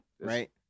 Right